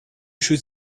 should